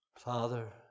Father